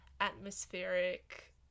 atmospheric